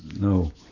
no